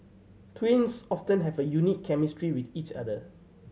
twins often have a unique chemistry with each other